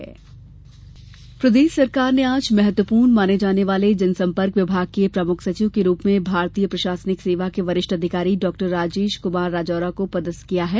स्थानातरंण प्रदेश सरकार ने आज महत्वपूर्ण माने जाने वाले जनसंपर्क विभाग के प्रमुख सचिव के रूप में भारतीय प्रशासनिक सेवा के वरिष्ठ अधिकारी डॉ राजेश कुमार राजौरा को पदस्थ किया है